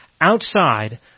outside